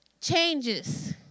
changes